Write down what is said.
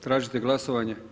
Tražite glasovanje?